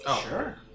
Sure